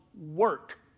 work